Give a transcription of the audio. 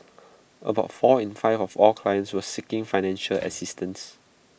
about four in five of all clients were seeking financial assistance